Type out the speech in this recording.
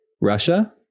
Russia